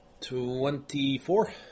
twenty-four